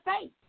faith